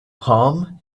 palm